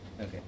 Okay